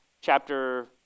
chapter